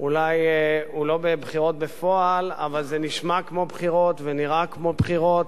בוא נצביע עכשיו.